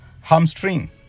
hamstring